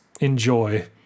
enjoy